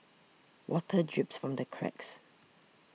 water drips from the cracks